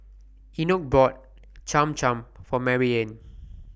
Enoch bought Cham Cham For Maryanne